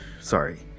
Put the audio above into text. Sorry